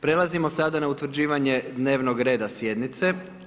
Prelazimo sada na utvrđivanje dnevnog reda sjednice.